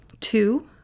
Two